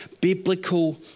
Biblical